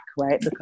right